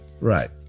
Right